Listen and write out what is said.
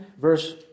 verse